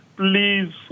Please